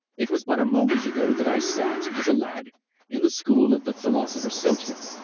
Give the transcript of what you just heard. it was but a moment ago that i sat as a lad in the school of the philosopher so cilium,